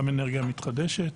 גם אנרגיה מתחדשת.